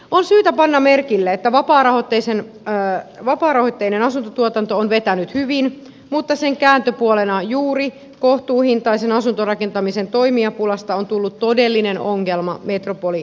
on syytä panna merkille että vapaarahoitteinen asuntotuotanto on vetänyt hyvin mutta sen kääntöpuolena juuri kohtuuhintaisen asuntorakentamisen toimijapulasta on tullut todellinen ongelma metropolialueelle